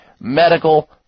Medical